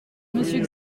monsieur